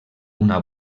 una